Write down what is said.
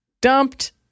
dumped